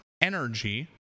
Energy